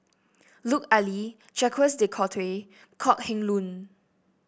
Lut Ali Jacques De Coutre Kok Heng Leun